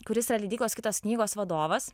kuris yra leidyklos kitos knygos vadovas